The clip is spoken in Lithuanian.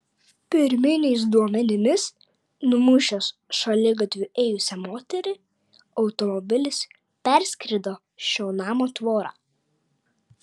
pirminiais duomenimis numušęs šaligatviu ėjusią moterį automobilis perskrido šio namo tvorą